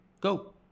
go